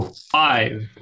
Five